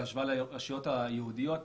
בהשוואה לרשויות היהודיות,